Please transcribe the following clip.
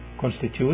constitute